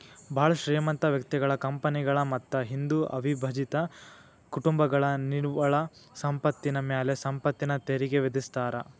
ಭಾಳ್ ಶ್ರೇಮಂತ ವ್ಯಕ್ತಿಗಳ ಕಂಪನಿಗಳ ಮತ್ತ ಹಿಂದೂ ಅವಿಭಜಿತ ಕುಟುಂಬಗಳ ನಿವ್ವಳ ಸಂಪತ್ತಿನ ಮ್ಯಾಲೆ ಸಂಪತ್ತಿನ ತೆರಿಗಿ ವಿಧಿಸ್ತಾರಾ